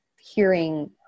hearing